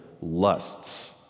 lusts